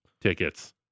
tickets